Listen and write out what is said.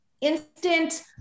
instant